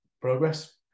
progress